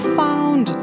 found